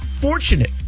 fortunate